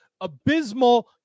abysmal